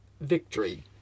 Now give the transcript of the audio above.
victory